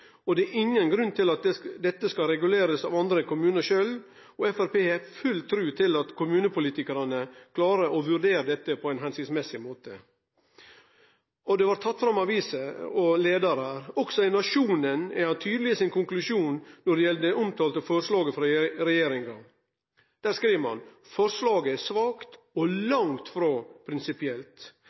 Det er ingen grunn til at dette skal regulerast av andre enn kommunane sjølve, og Framstegspartiet har full tiltru til at kommunepolitikarane klarer å vurdere dette på ein hensiktsmessig måte. Det blei teke fram aviser og leiarar. Òg i Nationen er ein tydeleg i sin konklusjon når det gjeld det omtalte forslaget frå regjeringa. Der skriv ein: «Kompromisset er svakt, og langt fra prinsipielt.